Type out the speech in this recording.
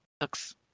Looks